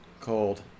Cold